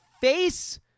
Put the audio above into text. face